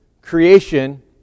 creation